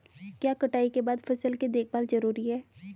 क्या कटाई के बाद फसल की देखभाल जरूरी है?